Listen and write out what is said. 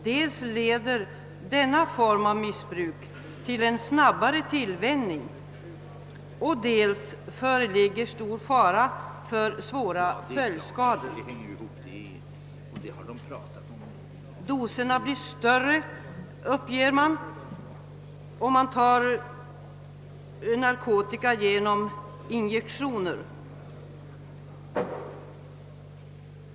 Dels leder denna form av missbruk till en snabbare tillvänjning, dels. föreligger stor fara för svåra följdskador. Doserna uppges bli större om narkotika intages genom injektioner.